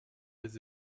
les